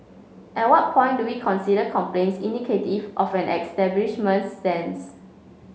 at what point do we consider complaints indicative of an establishment's stance